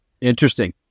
Interesting